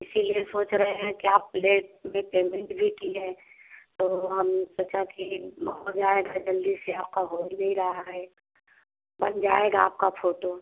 इसलिए सोच रहे हैं कि आप लेट में पेमेंट भी किए तो हम सोचा कि हो जाए जरा जल्दी से आपका हो ही नहीं रहा है बन जाएगा आपका फोटो